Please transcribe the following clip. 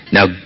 Now